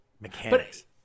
mechanics